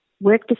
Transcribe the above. Work